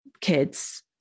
kids